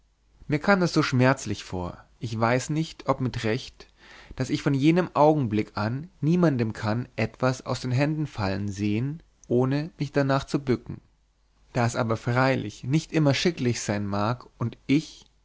mir kam das so schmerzlich vor ich weiß nicht ob mit recht daß ich von jenem augenblick an niemanden kann etwas aus den händen fallen sehn ohne mich darnach zu bücken da es aber freilich nicht immer schicklich sein mag und ich